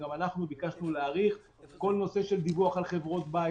גם אנחנו ביקשנו להאריך כל הנושא של דיווח על חברות בית,